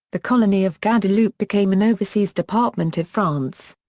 the colony of guadeloupe became an overseas department of france.